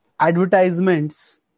advertisements